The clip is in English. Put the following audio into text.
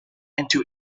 into